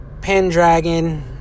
Pendragon